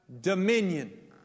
dominion